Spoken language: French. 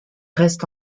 reste